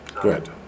Good